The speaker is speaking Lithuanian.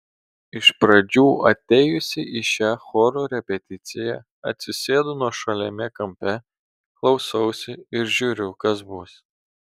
iš pradžių atėjusi į šią choro repeticiją atsisėdu nuošaliame kampe klausausi ir žiūriu kas bus